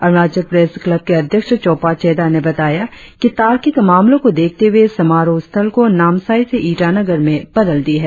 Arunachal press club के अध्यक्ष चोपा चेदा ने बताया कि तार्किक मामलों को देखते हुए समारोह स्थल को नामसाई से ईटानगर में बदल दी है